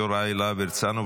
יוראי להב הרצנו,